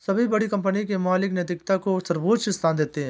सभी बड़ी कंपनी के मालिक नैतिकता को सर्वोच्च स्थान देते हैं